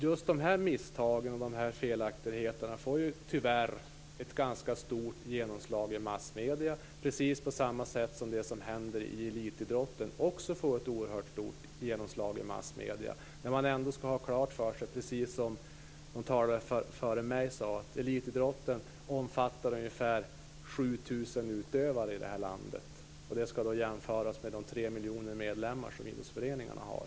Just de misstagen och felaktigheterna får tyvärr stort genomslag i massmedierna, precis som det som händer i elitidrotten också får ett oerhört stort genomslag i massmedierna. Precis som en tidigare talare sade, måste man ha klart för sig att elitidrotten omfattar ungefär 7 000 utövare i landet. Det skall jämföras med de tre miljoner medlemmarna idrottsföreningarna har.